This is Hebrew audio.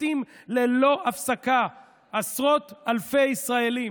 מכתים ללא הפסקה עשרות אלפי ישראלים.